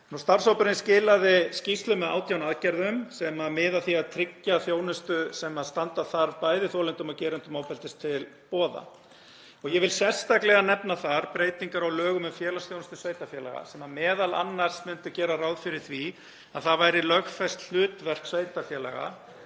Starfshópurinn skilaði skýrslu með 18 aðgerðum sem miða að því að tryggja þjónustu sem standa þarf bæði þolendum og gerendum ofbeldis til boða. Ég vil sérstaklega nefna þar breytingar á lögum um félagsþjónustu sveitarfélaga, sem m.a. myndu gera ráð fyrir því að það hlutverk sveitarfélaga